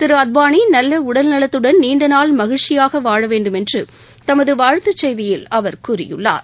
திரு அத்வானி நல்ல உடல் நலத்துடன் நீண்டநாள் மகிழ்ச்சியாக வாழ வேண்டுமென்று தமது வாழ்த்துச் செய்தியில் கூறியுள்ளார்